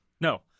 No